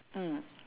mm